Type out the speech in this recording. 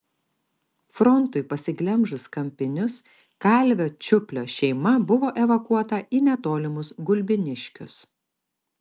frontui pasiglemžus kampinius kalvio čiuplio šeima buvo evakuota į netolimus gulbiniškius